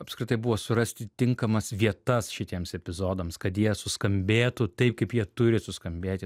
apskritai buvo surasti tinkamas vietas šitiems epizodams kad jie suskambėtų taip kaip jie turi suskambėti